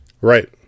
right